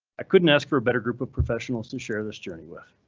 i couldn't ask for a better group of professionals to share this journey with.